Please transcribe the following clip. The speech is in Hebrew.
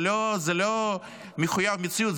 זה לא מחויב המציאות.